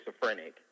schizophrenic